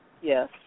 Yes